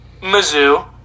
Mizzou